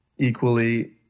Equally